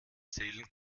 zählen